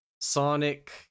Sonic